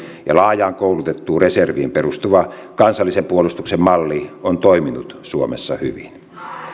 ja laajaan koulutettuun reserviin perustuva kansallisen puolustuksen malli on toiminut suomessa hyvin